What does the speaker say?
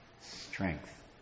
Strength